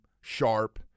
sharp